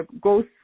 goes